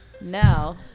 No